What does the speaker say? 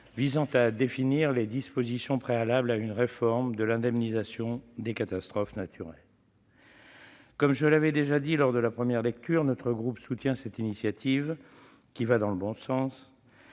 visant à définir les dispositions préalables à une réforme de l'indemnisation des catastrophes naturelles. Comme je l'avais déjà dit lors de la première lecture, notre groupe soutient cette démarche, qui va dans le bon sens.